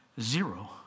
Zero